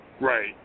Right